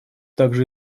также